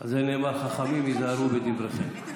על זה נאמר: חכמים, היזהרו בדבריכם.